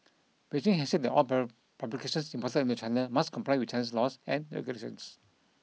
Beijing has said that all publications imported into China must comply with Chinese laws and regulations